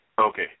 Okay